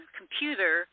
computer